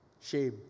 shame